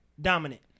dominant